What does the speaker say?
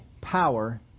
power